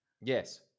Yes